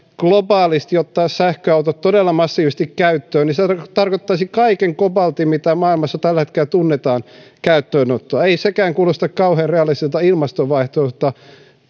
globaalisti ottaa sähköautot todella massiivisesti käyttöön niin se tarkoittaisi kaiken sen koboltin käyttöönottoa mikä maailmassa tällä hetkellä tunnetaan ei sekään kuulosta kauhean realistiselta ilmastovaihtoehdolta